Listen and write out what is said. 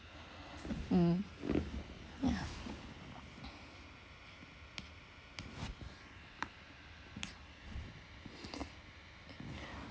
mm yeah